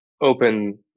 open